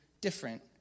different